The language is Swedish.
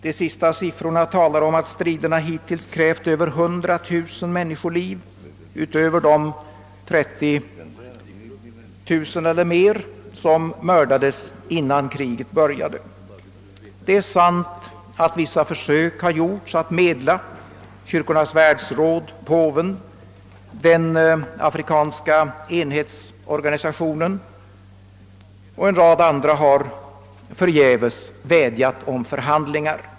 De senaste siffrorna anger att striderna hittills kostat över 100000 människoliv utöver de 33 000 som mördades innan kriget började. Det är sant att vissa försök har gjorts att medla. Kyrkornas världsråd, påven, den afrikanska enhetsorganisationen och en rad andra har förgäves vädjat om förhandlingar.